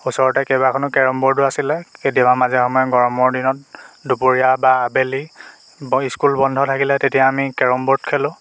ওচৰতে কেবাখনো কেৰম বৰ্ডো আছিলে কেতিয়াবা মাজে সময়ে গৰমৰ দিনত দুপৰীয়া বা আবেলি ব স্কুল বন্ধ থাকিলে তেতিয়া আমি কেৰম বৰ্ড খেলোঁ